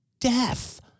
death